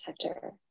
sector